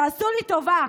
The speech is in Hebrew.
תעשו לי טובה.